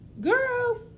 girl